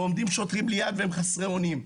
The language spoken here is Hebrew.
ועומדים שוטרים בסמוך והם חסרי אונים.